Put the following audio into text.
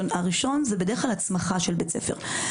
הראשון הוא בדרך כלל הצמחה של בית ספר.